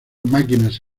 máquinas